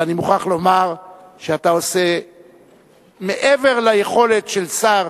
ואני מוכרח לומר שאתה עושה מעבר ליכולת של שר,